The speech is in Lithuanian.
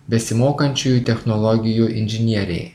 besimokančiųjų technologijų inžinieriai